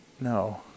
No